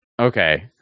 Okay